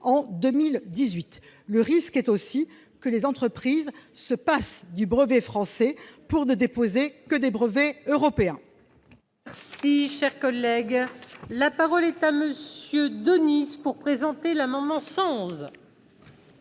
2018. Le risque est aussi que les entreprises se passent du brevet français pour ne déposer que des brevets européens.